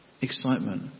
excitement